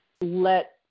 let